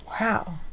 Wow